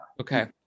okay